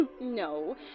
No